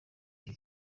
iki